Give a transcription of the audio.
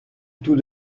tout